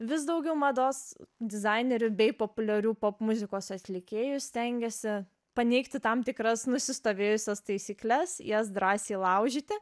vis daugiau mados dizainerių bei populiarių popmuzikos atlikėjų stengiasi paneigti tam tikras nusistovėjusias taisykles jas drąsiai laužyti